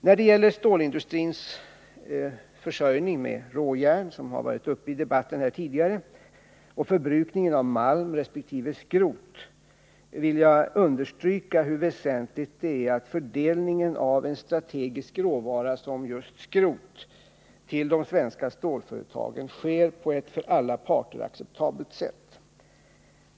När det gäller stålindustrins försörjning med råjärn, som har behandlats tidigare i debatten, och förbrukningen av malm och skrot vill jag understryka hur väsentligt det är att fördelningen av en strategisk råvara som just skrot till de svenska stålföretagen sker på ett för alla parter acceptabelt sätt.